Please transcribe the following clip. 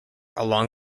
along